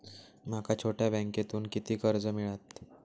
माका छोट्या बँकेतून किती कर्ज मिळात?